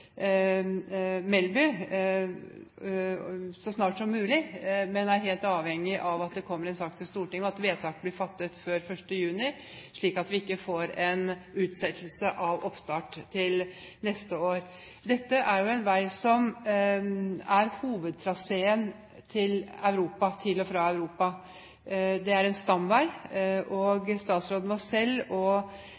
så snart som mulig, men det er helt avhengig av at det kommer som en sak til Stortinget, og at vedtak blir fattet før 1. juni, slik at vi ikke får en utsettelse av oppstart til neste år. Dette er jo en vei som er hovedtraseen til og fra Europa. Det er en stamvei, og